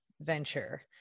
venture